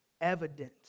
Evidence